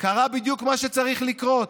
קרה בדיוק מה שצריך לקרות: